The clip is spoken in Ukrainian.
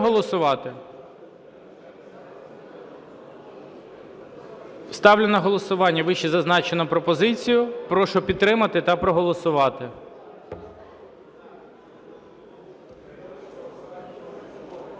голосувати? Ставлю на голосування вищезазначену пропозицію, прошу підтримати та проголосувати.